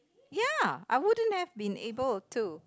ya I wouldn't have been able to